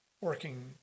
working